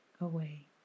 away